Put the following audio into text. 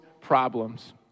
problems